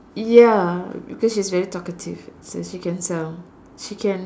ya because she's very talkative so she can sell she can